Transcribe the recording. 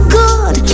good